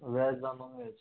veg या non veg